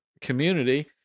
community